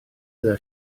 gyda